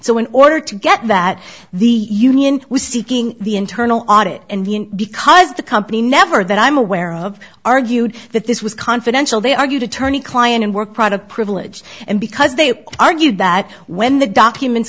so in order to get that the union was seeking the internal audit and because the company never that i'm aware of argued that this was confidential they argued attorney client and work product privilege and because they argued that when the documents